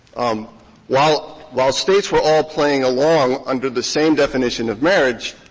um while while states were all playing along under the same definition of marriage,